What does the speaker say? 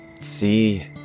See